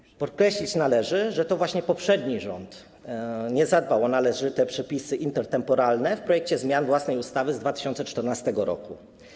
Należy podkreślić, że to właśnie poprzedni rząd nie zadbał o należyte przepisy intertemporalne w projekcie zmian własnej ustawy z 2014 r.